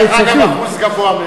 דרך אגב, זה גם אחוז גבוה מאוד.